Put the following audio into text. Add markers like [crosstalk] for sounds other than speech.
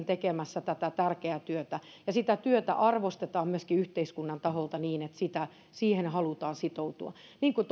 [unintelligible] tekemässä tätä tärkeää työtä ja että sitä työtä arvostetaan myöskin yhteiskunnan taholta niin että siihen halutaan sitoutua niin kuin [unintelligible]